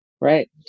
right